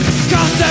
Cause